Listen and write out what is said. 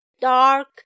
dark